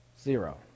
zero